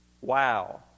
Wow